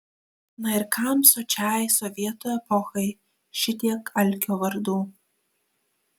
na ir kam sočiai sovietų epochai šitiek alkio vardų